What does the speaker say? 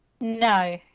No